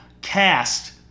cast